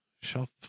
Shelf